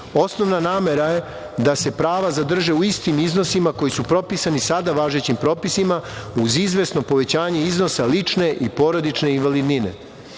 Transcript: Osnovna namera je da se prava zadrže u istim iznosima koji su propisani sada važećim propisima, uz izvesno povećanje iznosa lične i porodične invalidnine. Zakon